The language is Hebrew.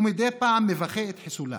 ומדי פעם מבכה את חיסולה,